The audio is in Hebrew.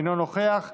אינו נוכח,